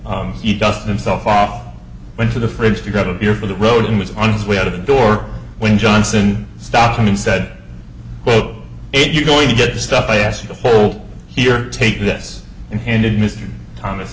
off went to the fridge to grab a beer for the road and was on his way out of the door when johnson stopped him and said oh it you're going to get the stuff i asked you to hold here take this and handed mr thomas